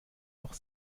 noch